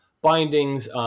bindings